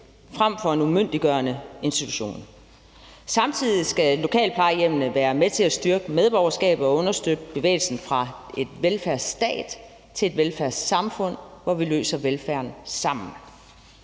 frem for en umyndiggørende institution. Samtidig skal lokalplejehjemmene være med til at styrke medborgerskab og understøtte bevægelsen fra en velfærdsstat til et velfærdssamfund, hvor vi løser velfærden sammen.